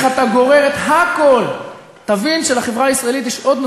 אני קוראת אותך לסדר פעם שנייה.